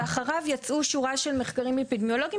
ואחריו יצאו שורה של מחקרים אפידמיולוגים